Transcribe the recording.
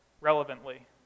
relevantly